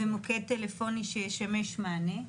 ומוקד טלפוני שישמש מענה.